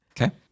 Okay